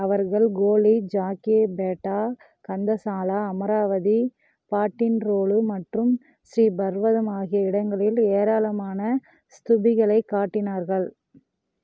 அவர்கள் கோலி ஜாக்கியோ பேட்டா கந்தசாலா அமராவதி பாட்டின்ரோலு மற்றும் ஸ்ரீ பர்வதம் ஆகிய இடங்களில் ஏராளமான ஸ்துபிகளைக் காட்டினார்கள்